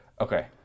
Okay